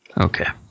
Okay